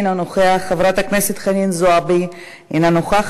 אינו נוכח,